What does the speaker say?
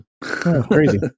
Crazy